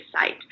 site